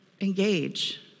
engage